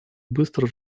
быстро